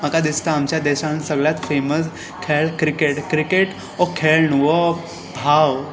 म्हाका दिसता आमच्या देशांत सगळ्यान फेमस खेळ क्रिकेट क्रिकेट हो खेळ न्हय हो भाव